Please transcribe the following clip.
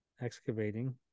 excavating